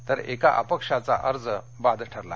तर एका अपक्षाचा अर्ज बाद ठरला